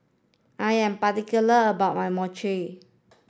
I am particular about my Mochi